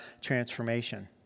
transformation